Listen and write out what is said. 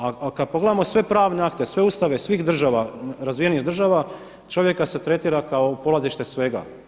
A kada pogledamo sve pravne akte, sve Ustave, svih država, razvijenih država čovjeka se tretira kao polazište svega.